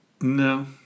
no